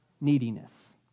neediness